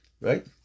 Right